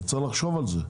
צריך לחשוב על זה.